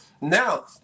Now